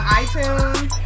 iTunes